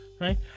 right